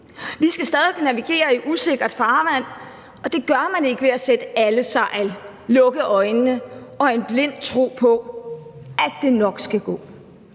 Vi skal stadig væk navigere i usikkert farvand, og det gør man ikke ved at sætte alle sejl, lukke øjnene og med en blind tro på, at det nok skal gå.